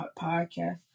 Podcast